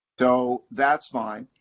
so that's fine.